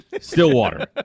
Stillwater